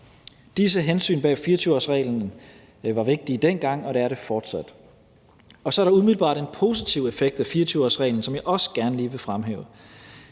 Disse hensyn bag 24-årsreglen var vigtige dengang, og det er de fortsat. Så er der umiddelbart en positiv effekt af 24-årsreglen, som jeg også gerne lige vil fremhæve.